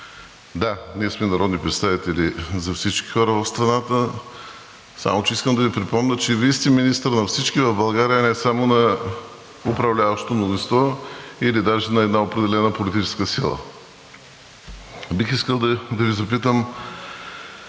Да, ние сме народни представители за всички хора в страната. Само че искам да Ви припомня, че и Вие сте министър на всички в България, а не само на управляващото мнозинство или даже на една определена политическа сила. Бих искал да Ви запитам